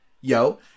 yo